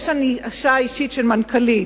יש ענישה אישית של מנכ"לים,